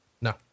No